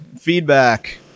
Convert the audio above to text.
feedback